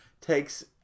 takes